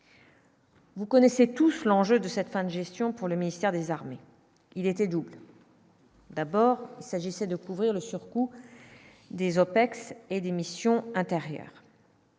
Vous connaissez tous, l'enjeu de cette fin de gestion pour le ministère des Armées, il était doux. D'abord, il s'agissait de couvrir le surcoût des OPEX et démission intérieures.